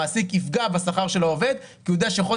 מעסיק יפגע בשכר של העובד כי הוא יודע שמדי חודש